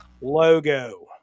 logo